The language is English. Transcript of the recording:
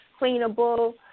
cleanable